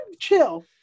chill